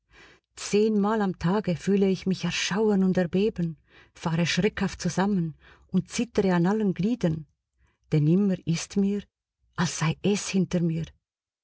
zehnmal am tage fühle ich mich erschauern und erbeben fahre schreckhaft zusammen und zittere an allen gliedern denn immer ist mir als sei es hinter mir